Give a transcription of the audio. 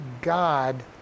God